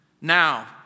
Now